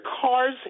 cars